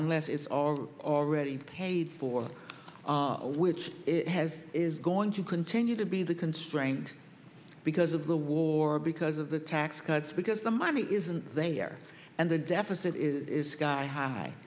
unless it's all already paid for which it has is going to continue to be the constraint because of the war because of the tax cuts because the money is and they are and the deficit is sky high